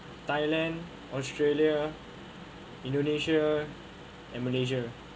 thailand australia indonesia and malaysia